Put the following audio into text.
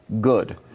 good